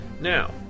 now